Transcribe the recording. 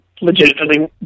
legitimately